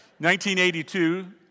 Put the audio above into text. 1982